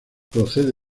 procede